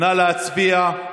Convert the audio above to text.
נא להצביע.